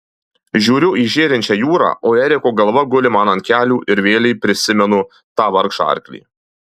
žiūriu į žėrinčią jūrą o eriko galva guli man ant kelių ir vėlei prisimenu tą vargšą arklį